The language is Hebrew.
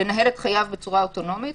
לנהל את חייו בצורה אוטונומית